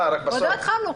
עוד לא התחלנו.